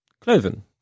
Cloven